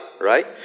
right